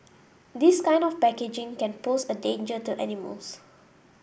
this kind of packaging can pose a danger to animals